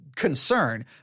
concern